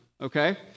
okay